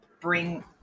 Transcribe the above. bring